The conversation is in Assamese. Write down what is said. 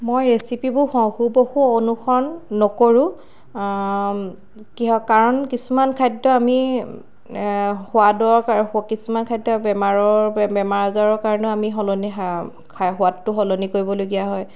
মই ৰেচিপিবোৰ হ হুবহু অনুসৰণ নকৰোঁ কিহ কাৰণ কিছুমান খাদ্য আমি সোৱাদৰ কিছুমান খাদ্য বেমাৰৰ বেমাৰ আজাৰৰ কাৰণেও আমি সলনি সোৱাদটো সলনি কৰিবলগীয়া হয়